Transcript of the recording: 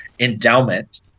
endowment